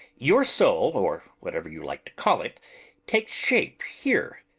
your soul or whatever you like to call it takes shape here.